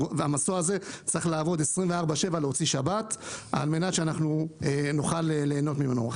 צריך לעבוד 24/7 להוציא שבת כדי שנוכל ליהנות ממנו,